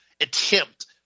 attempt